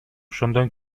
ошондон